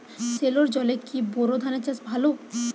সেলোর জলে কি বোর ধানের চাষ ভালো?